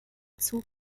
zug